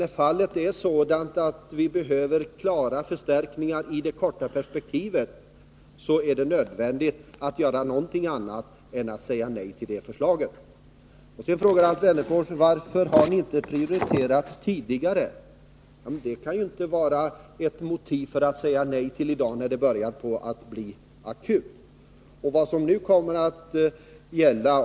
Situationen är nu sådan att vi behöver klara förstärkningar i det korta perspektivet. Då är det nödvändigt att göra något annat än säga nej till det föreliggande förslaget. Alf Wennerfors frågar varför vi inte har prioriterat detta tidigare. Men det kan ju inte vara ett motiv till att säga nej i dag, när situationen börjar bli akut.